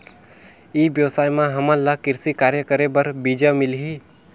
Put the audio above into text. ई व्यवसाय म हामन ला कृषि कार्य करे बर बीजा मिलही?